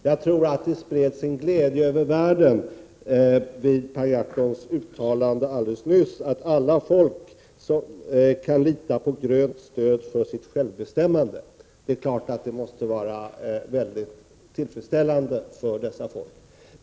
Jag tror att det spreds en glädje över världen, när Per Gahrton alldeles nyss uttalade att alla folk kan lita på grönt stöd för sitt självbestämmande. Det är klart att det måste vara mycket tillfredsställande för dessa folk.